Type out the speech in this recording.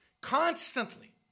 Constantly